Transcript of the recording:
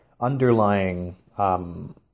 underlying